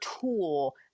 tool